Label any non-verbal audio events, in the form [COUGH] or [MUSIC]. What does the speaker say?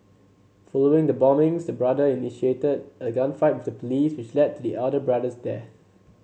following the bombings the brother initiated a gunfight [UNINTELLIGIBLE] police which led the elder brother's death